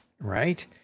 right